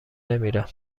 نمیرم